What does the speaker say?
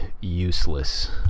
useless